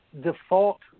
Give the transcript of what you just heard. default